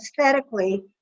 aesthetically